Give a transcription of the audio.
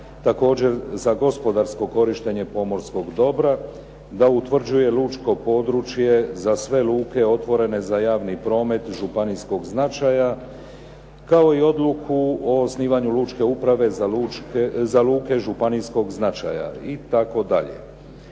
također za gospodarsko korištenje pomorskog dobra, da utvrđuje lučko područje za sve luke otvorene za javni promet županijskog značaja, kao i odluku za osnivanje luke uprave za luke županijskog značaja itd.